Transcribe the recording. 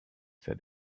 said